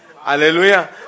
Hallelujah